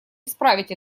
исправить